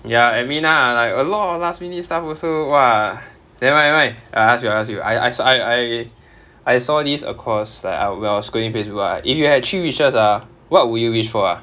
ya admin lah like a lot of last minute stuff also !wah! never mind never mind I ask you I ask you I I sa~ I I I saw this across err while scrolling Facebook ah if you had three wishes ah what would you wish for ah